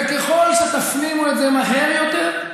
וככל שתפנימו את זה מהר יותר,